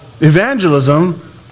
Evangelism